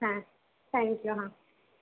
হ্যাঁ thank you হাঁ